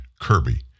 Kirby